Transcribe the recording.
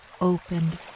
opened